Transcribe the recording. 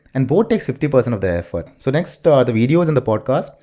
and both takes fifty percent of the effort. so next are the videos and the podcasts.